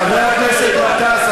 חבר הכנסת גטאס,